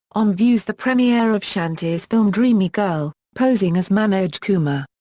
om views the premiere of shanti's film dreamy girl, posing as manoj kumar.